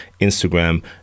Instagram